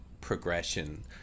progression